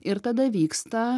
ir tada vyksta